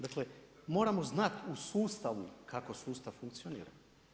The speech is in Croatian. Dakle, moramo znat u sustavu kako sustav funkcionira.